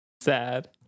sad